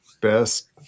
best